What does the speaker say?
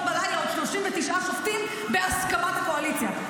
בלילה עוד 39 שופטים בהסכמת הקואליציה,